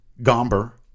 Gomber